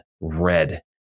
red